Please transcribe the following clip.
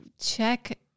check